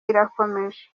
irakomeje